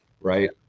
right